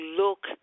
look